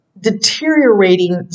deteriorating